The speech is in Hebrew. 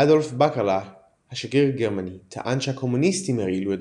אדולף בקרלה השגריר הגרמני טען שהקומוניסטים הרעילו את